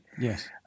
Yes